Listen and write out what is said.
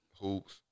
Hoops